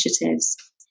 initiatives